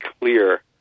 clear